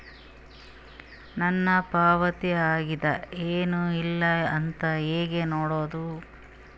ನನ್ನ ಪಾವತಿ ಆಗ್ಯಾದ ಏನ್ ಇಲ್ಲ ಅಂತ ಹೆಂಗ ನೋಡುದು?